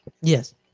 Yes